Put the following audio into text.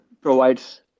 provides